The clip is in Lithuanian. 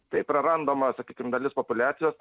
taip prarandama sakykim dalis populiacijos